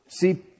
See